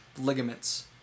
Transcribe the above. ligaments